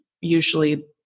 usually